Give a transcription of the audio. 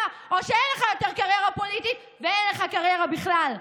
או שאין לך יותר קריירה פוליטית ואין לך קריירה בכלל.